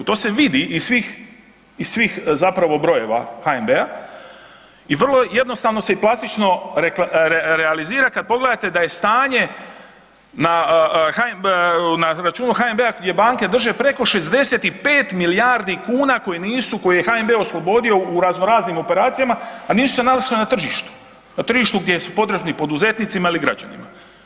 To se vidi iz svih, iz svih zapravo brojeva HNB-a i vrlo jednostavno se i plastično realizira kad pogledate da je stanje na računu HNB-a gdje banke drže preko 65 milijardi kuna koje nisu, koje je HNB oslobodio u razno raznim operacijama, a nisu se našle na tržištu, na tržištu gdje su potrebni poduzetnicima ili građanima.